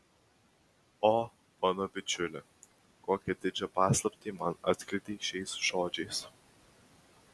o mano bičiuli kokią didžią paslaptį man atskleidei šiais žodžiais